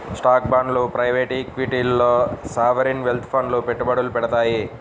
స్టాక్లు, బాండ్లు ప్రైవేట్ ఈక్విటీల్లో సావరీన్ వెల్త్ ఫండ్లు పెట్టుబడులు పెడతాయి